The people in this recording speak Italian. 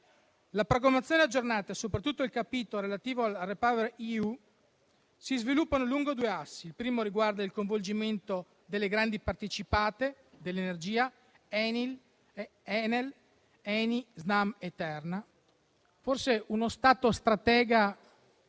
La programmazione aggiornata e soprattutto il capitolo relativo al Repower EU si sviluppano lungo due assi: il primo riguarda il coinvolgimento delle grandi partecipate dell'energia (Eni, Enel, Snam e Terna). Forse uno Stato stratega,